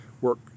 work